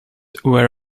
wear